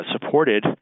supported